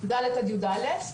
ד' עד יא'